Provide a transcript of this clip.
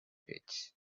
pits